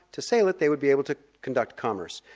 to sail it they would be able to conduct commerce.